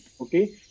okay